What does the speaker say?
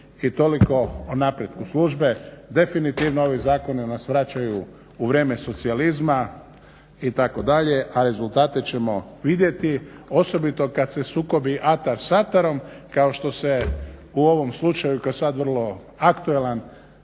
i toliko o napretku službe. Definitivno ovi zakoni nas vraćaju u vrijeme socijalizma itd., a rezultate ćemo vidjeti osobito kad se sukobi atar s atarom kao što se u ovom slučaju koji je sad vrlo aktualan